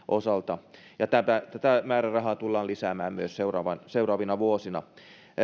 osalta ja tätä tätä määrärahaa tullaan lisäämään myös seuraavina vuosina